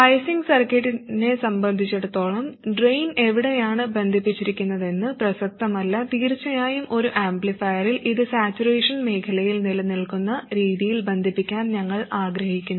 biasing സർക്യൂട്ടിനെ സംബന്ധിച്ചിടത്തോളം drain എവിടെയാണ് ബന്ധിപ്പിച്ചിരിക്കുന്നതെന്ന് പ്രസക്തമല്ല തീർച്ചയായും ഒരു ആംപ്ലിഫയറിൽ ഇത് സാച്ചുറേഷൻ മേഖലയിൽ നിലനിൽക്കുന്ന രീതിയിൽ ബന്ധിപ്പിക്കാൻ ഞങ്ങൾ ആഗ്രഹിക്കുന്നു